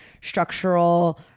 structural